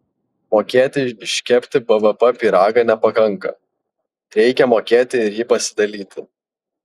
mokėti iškepti bvp pyragą nepakanka reikia mokėti ir jį pasidalyti